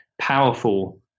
powerful